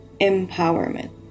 empowerment